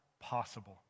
possible